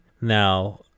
Now